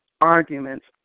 arguments